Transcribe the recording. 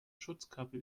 schutzkappe